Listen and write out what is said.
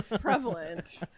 prevalent